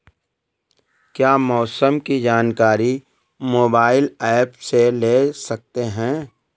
क्या मौसम की जानकारी मोबाइल ऐप से ले सकते हैं?